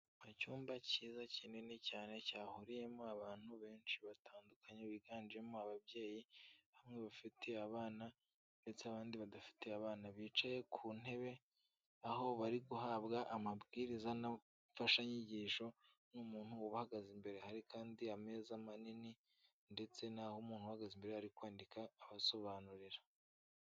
Ni icyumba cyiza, kinini cyane, cyahuriyemo abantu benshi batandukanye biganjemo ababyeyi, bamwe bafitiye abana ndetse abandi badafite abana, bicaye ku ntebe aho bari guhabwa amabwiriza n'ifashanyigisho n'umuntu ubahagaze imbere. Hari kandi ameza manini ndetse n'aho umuntu uhagaze imbere ari kwandika abasobanurira.